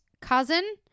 cousin